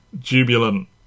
jubilant